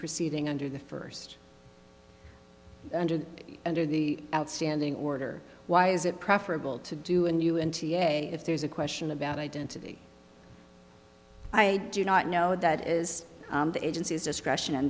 proceeding under the first under the under the outstanding order why is it preferable to do and if there's a question about identity i do not know that is the agency's discretion